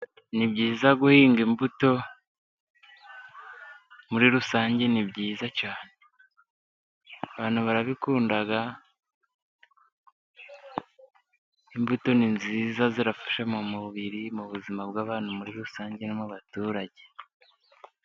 Ni byiza guhinga imbuto muri rusange ni byiza cyane. Abantu barabikunda, imbuto ni nziza zirafasha mu mubiri, mu buzima bw'abantu muri rusange nk'abaturage.